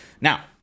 now